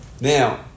Now